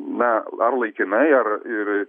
na ar laikinai ar ir ir